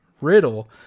riddle